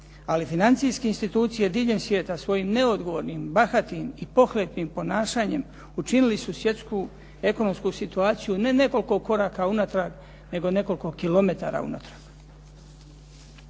ali financijske institucije diljem svijeta svojim neodgovornim, bahatim i pohlepnim ponašanjem učinili su svjetsku ekonomsku situaciju ne nekoliko koraka unatrag, nego nekoliko kilometara unatrag.